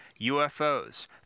UFOs